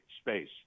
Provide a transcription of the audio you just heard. space